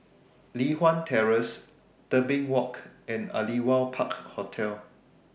Li Hwan Terrace Tebing Walk and Aliwal Park Hotel